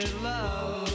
Love